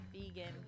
Vegan